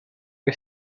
che